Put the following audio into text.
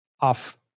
off